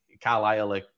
Carlisle